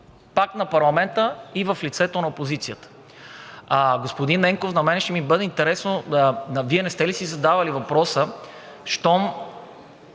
пак на парламента и в лицето на опозицията. Господин Ненков, на мен ще ми бъде интересно, Вие не сте ли си задавали въпроса: щом